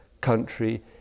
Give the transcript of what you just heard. country